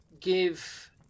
give